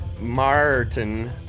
Martin